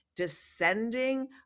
Descending